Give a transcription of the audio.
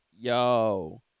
yo